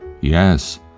Yes